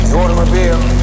automobile